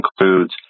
includes